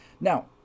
Now